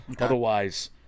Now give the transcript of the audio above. Otherwise